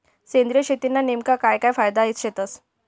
सेंद्रिय शेतीना नेमका काय काय फायदा शेतस?